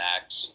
Acts